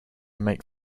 make